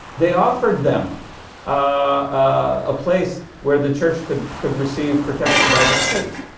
they offered them a place where the church could could receive protection by the state.